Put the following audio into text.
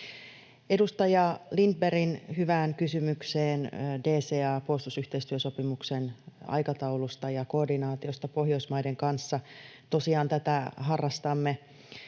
Edustaja Lindbergin hyvään kysymykseen DCA-puolustusyhteistyösopimuksen aikataulusta ja koordinaatiosta Pohjoismaiden kanssa. Tosiaan tätä harrastamme,